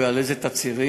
ועל איזה תצהירים,